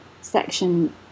section